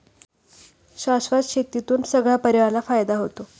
शाश्वत शेतीतून सगळ्या परिवाराला फायदा होतो